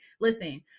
listen